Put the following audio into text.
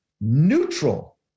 neutral